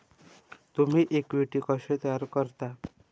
तुम्ही इक्विटी कशी तयार करता?